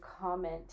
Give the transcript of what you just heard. comment